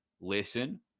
listen